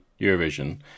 Eurovision